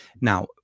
Now